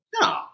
No